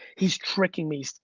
he's tricking me. so